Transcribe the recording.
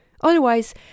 Otherwise